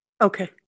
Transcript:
Okay